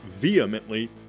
vehemently